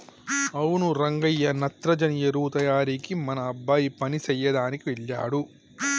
అవును రంగయ్య నత్రజని ఎరువు తయారీకి మన అబ్బాయి పని సెయ్యదనికి వెళ్ళాడు